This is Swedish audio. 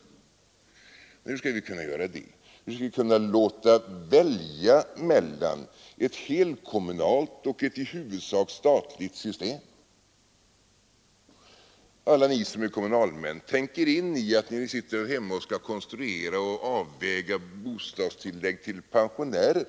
Hur skall vi kunna göra det? Hur skall vi kunna låta folk välja mellan ett helkommunalt och ett i huvudsak statligt system? Alla ni som är kommunalmän: tänk er in i att vi sitter hemma och skall konstruera och avväga bostadstillägg till pensionärer!